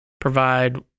provide